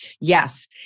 Yes